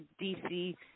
DC